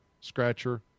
Scratcher